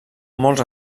molts